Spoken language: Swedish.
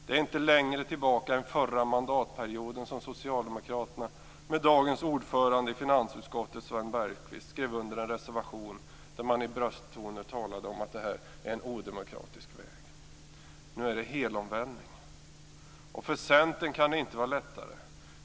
Det är inte längre tillbaka än förra mandatperioden som Socialdemokraterna med dagens ordförande i finansutskottet, Jan Bergqvist, skrev under en reservation där man i brösttoner talade om att det här är en odemokratisk väg. Nu är gör man en helomvändning. För Centern kan det inte vara lättare.